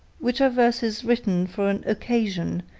which are verses written for an occasion,